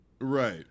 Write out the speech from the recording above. Right